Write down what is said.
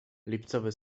lipcowe